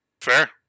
Fair